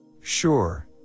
Sure